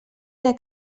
era